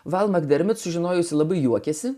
valoma gerbiate sužinojusi labai juokėsi